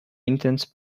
intense